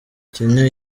kenya